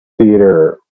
theater